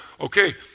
Okay